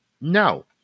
No